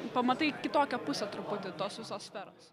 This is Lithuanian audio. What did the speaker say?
pamatai kitokią pusę truputį tos visos sferos